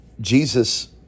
Jesus